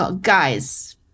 guys